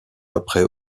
après